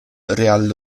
real